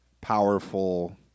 powerful